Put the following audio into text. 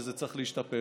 וזה צריך להשתפר,